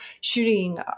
shooting